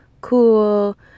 cool